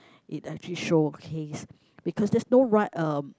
it actually showcase because there's not right uh